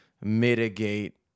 mitigate